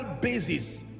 basis